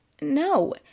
no